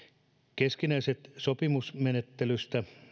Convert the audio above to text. keskinäistä sopimusmenettelyä